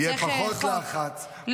-- יהיה פחות לחץ, יותר דיונים.